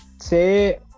say